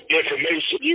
information